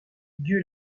dieu